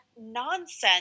nonsense